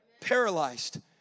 paralyzed